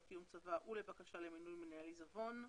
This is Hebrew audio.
קיום צוואה ולבקשה למינוי מנהל עיזבון.